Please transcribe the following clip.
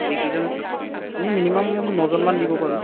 এইকেইজন আমি মিনিমাম নজনমান দিব পাৰোঁ